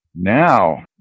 Now